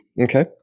Okay